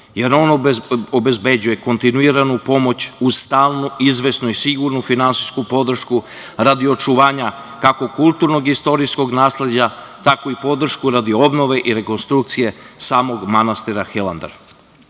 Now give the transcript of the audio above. jer on obezbeđuje kontinuiranu pomoć uz stalnu, izvesnu i sigurnu finansijsku podršku radi očuvanja, kako kulturno-istorijskog nasleđa, tako i podršku radi obnove i rekonstrukcije samog manastira